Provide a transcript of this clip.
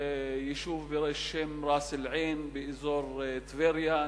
יישוב בשם ראס-אל-עין באזור טבריה,